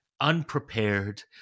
unprepared